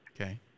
Okay